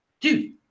Dude